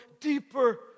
deeper